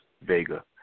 Vega